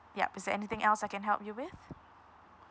yup is there anything else I can help you with